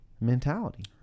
mentality